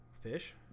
fish